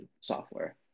software